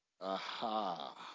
aha